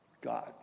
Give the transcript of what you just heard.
God